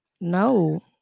no